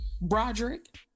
Broderick